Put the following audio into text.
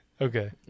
okay